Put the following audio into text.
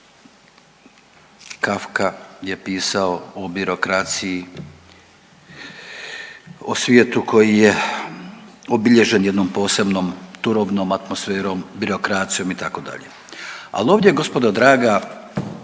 Kafka je pisao o birokraciji, o svijetu koji je obilježen jednom posebnom turobnom atmosferom, birokracijom itd.. Al ovdje gospodo draga